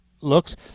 looks